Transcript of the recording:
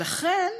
לכן